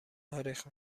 تاریخ